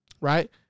right